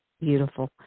beautiful